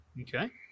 Okay